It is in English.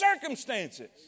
circumstances